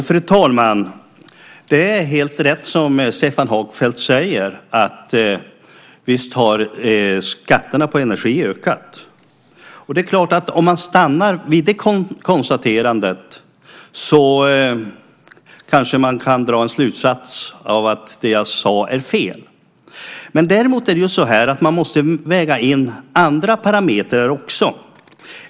Fru talman! Det är helt rätt som Stefan Hagfeldt säger: Visst har skatterna på energi ökat. Det är klart att om man stannar vid det konstaterandet så kanske man kan dra slutsatsen att det jag sade är fel. Men man måste väga in andra parametrar också.